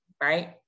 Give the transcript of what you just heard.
right